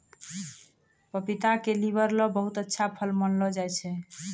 पपीता क लीवर ल बहुत अच्छा फल मानलो जाय छै